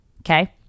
okay